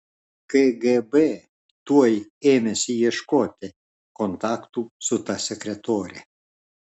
kgb tuoj ėmėsi ieškoti kontaktų su ta sekretore